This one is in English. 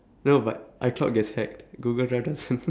no but icloud get hacked google drive doesn't